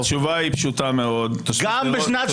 התשובה היא פשוטה מאוד --- גם בשנת